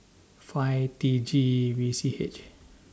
five T G V C H